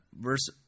Verse